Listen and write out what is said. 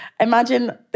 imagine